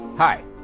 Hi